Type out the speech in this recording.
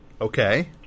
Okay